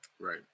Right